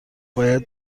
باید